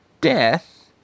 Death